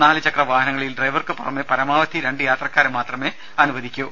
നാല് ചക്രവാഹനങ്ങളിൽ ഡ്രൈവർക്ക് പുറമെ പരമാവധി രണ്ട് യാത്രക്കാരെ മാത്രമേ അനുവദിക്കൂ